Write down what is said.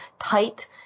tight